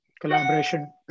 collaboration